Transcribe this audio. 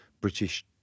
British